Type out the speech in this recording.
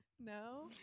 No